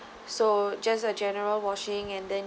so just a general washing and then